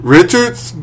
Richard's